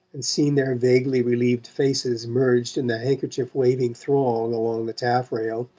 and seen their vaguely relieved faces merged in the handkerchief-waving throng along the taffrail,